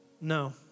No